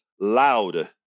loud